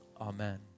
Amen